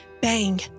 bang